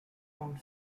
found